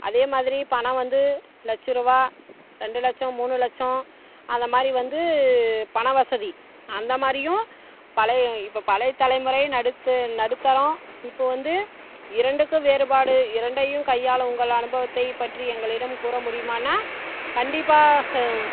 அதே மாதிரி பணம் வந்து லட்சரூவா ரெண்டு லட்சம் மூணு லட்சம் அந்த மாரி வந்து பணம் வசதி அந்த மாரியும் பழைய இப்போ பழைய தலைமுறை நடுத்து நடுத்தரம் இப்போ வந்து இரண்டுக்கும் வேறுபாடு இரண்டையும் கையாள உங்கள் அனுபவத்தை பற்றி எங்களிடம் கூற முடியுமான்னா கண்டிப்பாக ச